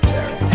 Terry